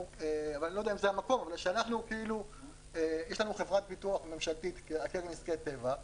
יש לנו חברת ביטוח ממשלתית לאתר נזקי טבע,